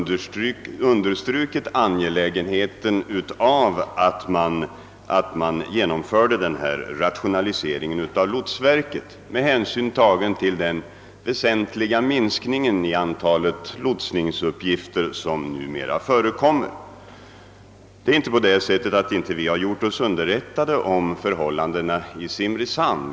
den väsentliga minskningen av antalet lotsningsuppgifter, mycket starkt understrukit angelägenheten av att lotsverket rationaliseras. Det förhåller sig inte på det sättet, att vi inte har gjort. oss underrättade om förhållandena i. Simrishamn.